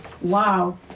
Wow